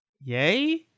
Yay